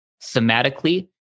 thematically